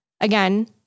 again